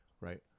right